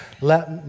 let